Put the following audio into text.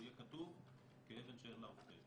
הוא יהיה כתוב כאבן שאין לה הופכין,